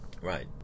right